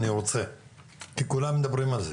אני רוצה כי כולם מדברים על זה.